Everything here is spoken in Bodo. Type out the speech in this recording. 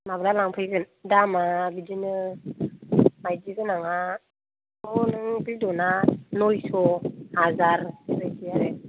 माब्ला लांफैगोन दामा बिदिनो माइदि गोनाङाथ' नों बिदना नयस' हाजार बेबायदि आरो